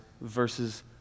versus